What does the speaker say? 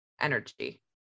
energy